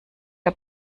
der